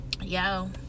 Yo